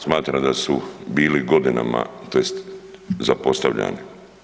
Smatram da su bili godinama tj. zapostavljani.